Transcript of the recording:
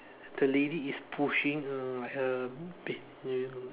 the lady is pushing a a bed eh no like